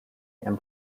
and